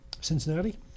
Cincinnati